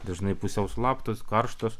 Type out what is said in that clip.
dažnai pusiau slaptos karštos